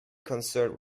concerned